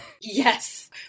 Yes